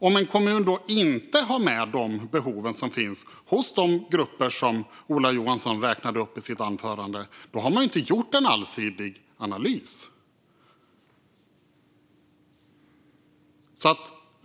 Om en kommun då inte har med de behov som finns hos de grupper som Ola Johansson räknade upp i sitt anförande har man ju inte gjort en allsidig analys.